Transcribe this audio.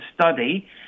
study